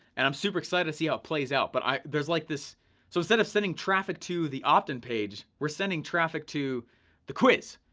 and i'm super excited to see how it plays out. but there's, like so instead of sending traffic to the opt-in page, we're sending traffic to the quiz.